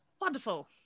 wonderful